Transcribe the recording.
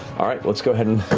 all right, let's go ahead and